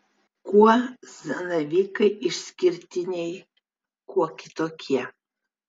kuo zanavykai išskirtiniai kuo kitokie